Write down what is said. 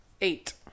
Eight